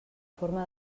forma